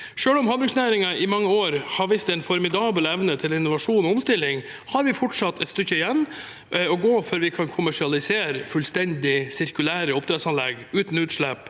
Selv om havbruksnæringen i mange år har vist en formidabel evne til innovasjon og omstilling, har vi fortsatt et stykke igjen å gå før vi kan kommersialisere fullstendig sirkulære oppdrettsanlegg uten utslipp